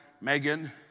Megan